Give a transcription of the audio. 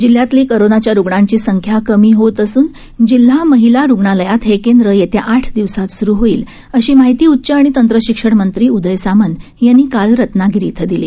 जिल्ह्यातली करोनाच्या रुग्णांची संख्या कमी होत असून जिल्हा महिला रुग्णालयात हे केंद्र येत्या आठ दिवसांत सुरू होईल अशी माहिती उच्च आणि तंत्रशक्षण मंत्री उदय सामंत यांनी काल रत्नाशिरी इथं दिली